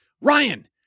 Ryan